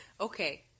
okay